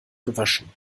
gewaschen